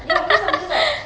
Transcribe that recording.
ya cause I'm just like